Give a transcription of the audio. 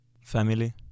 Family